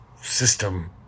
system